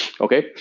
okay